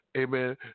amen